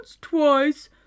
twice